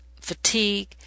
fatigue